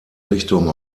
richtung